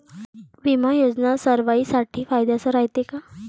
बिमा योजना सर्वाईसाठी फायद्याचं रायते का?